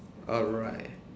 alright